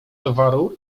towaru